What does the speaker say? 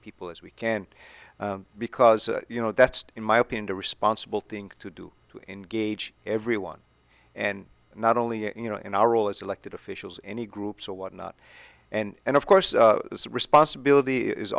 people as we can because you know that's in my opinion responsible thing to do to engage everyone and not only you know in our role as elected officials any groups or whatnot and of course this responsibility is